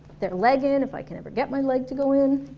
their leg in, if i can ever get my leg to go in